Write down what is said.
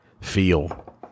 feel